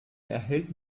erhält